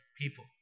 people